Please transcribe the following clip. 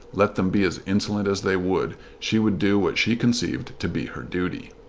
let them be as insolent as they would she would do what she conceived to be her duty.